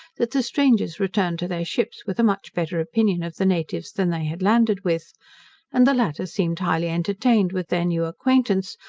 that the strangers returned to their ships with a much better opinion of the natives than they had landed with and the latter seemed highly entertained with their new acquaintance,